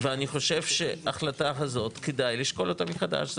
ואני חושב שאת ההחלטה הזאת כדאי לשקול מחדש.